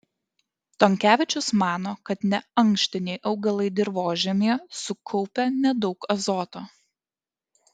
tonkevičius mano kad neankštiniai augalai dirvožemyje sukaupia nedaug azoto